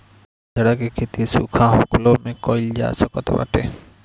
बजरा के खेती सुखा होखलो में कइल जा सकत बाटे